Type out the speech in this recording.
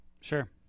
sure